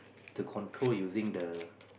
to control using the